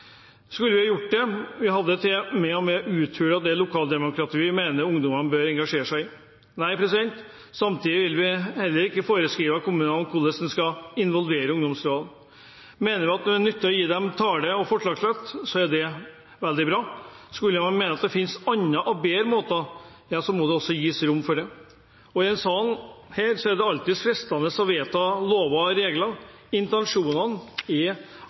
Skulle vi ha gjort det, ville det mer og mer uthulet det lokaldemokratiet vi mener ungdommene bør engasjere seg i. Nei, samtidig vil vi heller ikke foreskrive kommunene hvordan de skal involvere ungdomsrådene. Mener man at det er nyttig å gi dem tale- og forslagsrett, er det veldig bra. Skulle man mene at det finnes andre og bedre måter, ja, så må det også gis rom for det. I denne salen er det alltid fristende å vedta lover og regler. Intensjonene